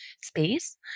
space